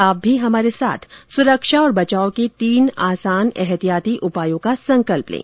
आप भी हमारे साथ सुरक्षा और बचाव के तीन आसान एहतियाती उपायों का संकल्प लें